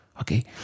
Okay